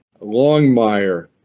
Longmire